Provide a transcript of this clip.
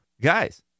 guys